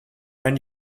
and